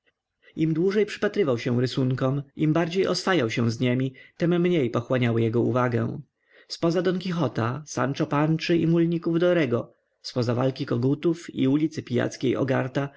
im dłużej przypatrywał się rysunkom im bardziej oswajał się z niemi tem mniej pochłaniały jego uwagę zpoza don quichota sancho panchy i mulników dorgo zpoza walki kogutów i ulicy pijackiej